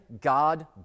God